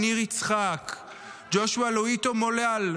מניר יצחק; ג'ושוע לואיטו מולל,